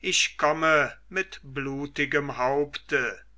ich komme mit blutigem haupte